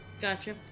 Gotcha